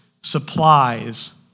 supplies